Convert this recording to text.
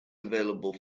available